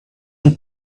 and